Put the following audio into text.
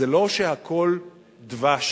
זה לא שהכול דבש